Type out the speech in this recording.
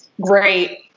great